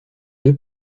deux